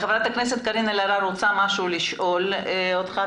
ח"כ אלהרר רוצה לשאול אותך.